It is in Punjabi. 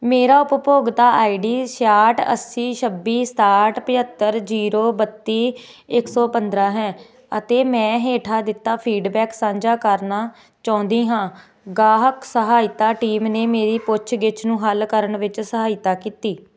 ਮੇਰਾ ਉਪਭੋਗਤਾ ਆਈਡੀ ਛਿਆਹਠ ਅੱਸੀ ਛੱਬੀ ਸਤਾਹਠ ਪੰਝੱਤਰ ਜੀਰੋ ਬੱਤੀ ਇੱਕ ਸੋ ਪੰਦਰਾਂ ਹੈ ਅਤੇ ਮੈਂ ਹੇਠਾਂ ਦਿੱਤਾ ਫੀਡਬੈਕ ਸਾਂਝਾ ਕਰਨਾ ਚਾਹੁੰਦਾ ਚਾਹੁੰਦੀ ਹਾਂ ਗਾਹਕ ਸਹਾਇਤਾ ਟੀਮ ਨੇ ਮੇਰੀ ਪੁੱਛਗਿੱਛ ਨੂੰ ਹੱਲ ਕਰਨ ਵਿੱਚ ਸਹਾਇਤਾ ਕੀਤੀ